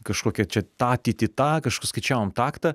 kažkokia čia ta titi ta kažkur skaičiavom taktą